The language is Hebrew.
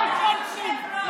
אדוני היושב-ראש, יש שני נמנעים.